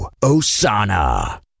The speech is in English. Osana